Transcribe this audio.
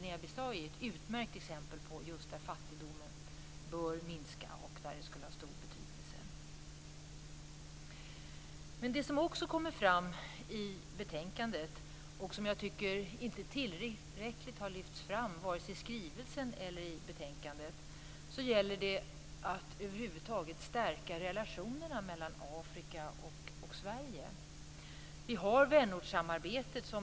Guinea Bissau är ett utmärkt exempel på ett land där fattigdomen bör minska och där det skulle ha stor betydelse. Något som inte har lyfts fram tillräckligt i vare sig skrivelsen eller betänkandet är att över huvud taget stärka relationerna mellan Afrika och Sverige. Där pekas på vänortssamarbete.